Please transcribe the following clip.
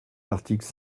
l’article